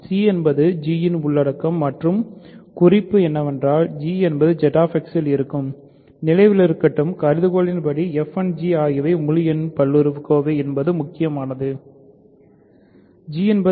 c என்பது g யின் உள்ளடக்கம் மற்றும் குறிப்பு என்னவென்றால் g என்பது ZX இல் இருக்கும் நினைவிருக்கட்டும் கருதுகோளின் படி fg ஆகியவை முழு எண்களின் பல்லுறுப்புக்கோவை என்பது முக்கியமானது